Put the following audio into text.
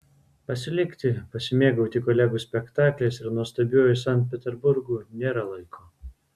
pasilikti pasimėgauti kolegų spektakliais ir nuostabiuoju sankt peterburgu nėra laiko